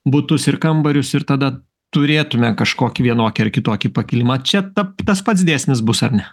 butus ir kambarius ir tada turėtume kažkokį vienokį ar kitokį pakilimą čia tap tas pats dėsnis bus ar ne